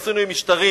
עשינו עם משטרים.